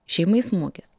šeimai smūgis